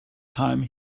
time